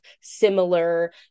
similar